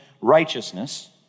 righteousness